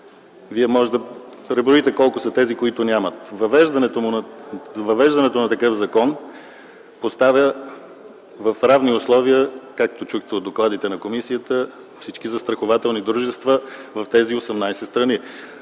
Вие можете да преброите колко са тези, които нямат. Въвеждането на такъв закон поставя в равни условия, както чухте от докладите на комисиите, всички застрахователни дружества в тези 18 страни.